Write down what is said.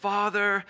Father